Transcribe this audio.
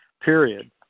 period